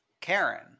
karen